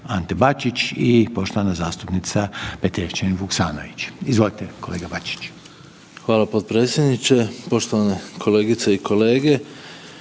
Ante Bačić i poštovana zastupnica Petrijevčanin Vuksanović. Izvolite kolega Bačić. **Bačić, Ante (HDZ)** Hvala potpredsjedniče. Poštovane kolegice i kolege,